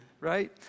Right